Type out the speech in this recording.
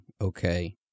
Okay